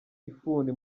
ifuni